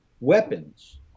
weapons